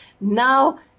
Now